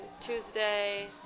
Tuesday